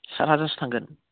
सात हाजारसो थांगोन